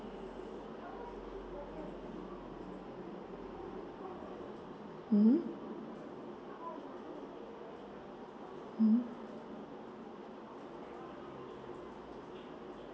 mmhmm mmhmm